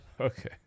Okay